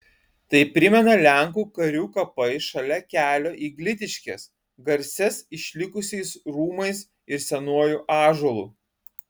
tai primena lenkų karių kapai šalia kelio į glitiškes garsias išlikusiais rūmais ir senuoju ąžuolu